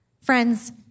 Friends